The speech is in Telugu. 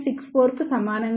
64 కు సమానంగా ఉంటుంది